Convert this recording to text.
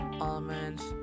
almonds